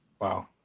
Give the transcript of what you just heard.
Wow